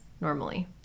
normally